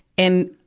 and,